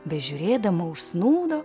bežiūrėdama užsnūdo